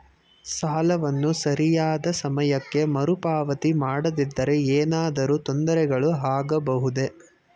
ಸಾಲವನ್ನು ಸರಿಯಾದ ಸಮಯಕ್ಕೆ ಮರುಪಾವತಿ ಮಾಡದಿದ್ದರೆ ಏನಾದರೂ ತೊಂದರೆಗಳು ಆಗಬಹುದೇ?